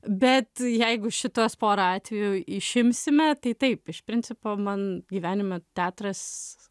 bet jeigu šituos porą atvejų išimsime tai taip iš principo man gyvenime teatras